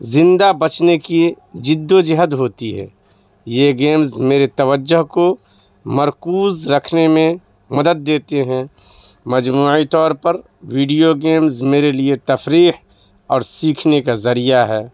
زندہ بچنے کی جدوجہد ہوتی ہے یہ گیمز میرے توجہ کو مرکوز رکھنے میں مدد دیتے ہیں مجموعی طور پر ویڈیو گیمز میرے لیے تفریح اور سیکھنے کا ذریعہ ہے